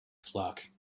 flock